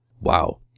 Wow